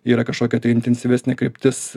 yra kažkokia tai intensyvesnė kryptis